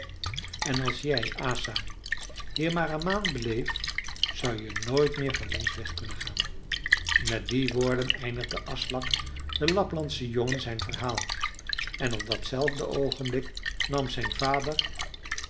en als jij asa hier maar een maand bleef zou je nooit meer van ons weg kunnen gaan met die woorden eindigde aslak de laplandsche jongen zijn verhaal en op datzelfde oogenblik nam zijn vader